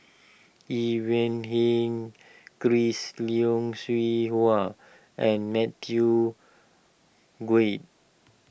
Ivan Heng Chris Yeo Siew Hua and Matthew Gui